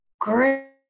Great